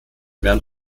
werden